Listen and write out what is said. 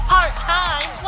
Part-time